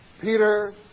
Peter